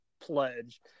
pledge